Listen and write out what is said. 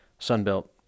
Sunbelt